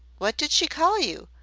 what did she call you?